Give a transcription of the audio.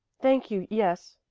thank you, yes,